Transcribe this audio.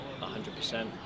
100%